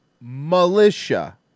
Militia